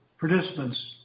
participants